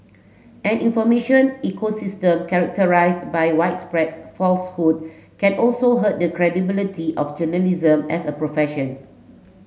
an information ecosystem characterised by widespread falsehood can also hurt the credibility of journalism as a profession